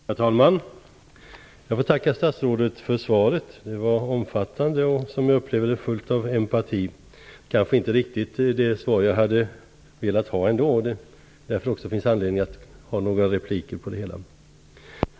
Herr talman! Jag får tacka statsrådet för svaret. Det var omfattande och, som jag upplever det, fullt av empati. Det var kanske ändå inte riktigt det svar som jag hade velat ha, och det finns därför anledning att något replikera på det.